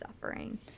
suffering